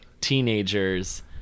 teenagers